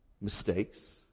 mistakes